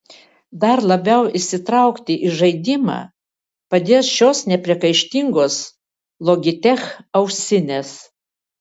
dar labiau įsitraukti į žaidimą padės šios nepriekaištingos logitech ausinės